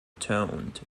toned